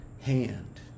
hand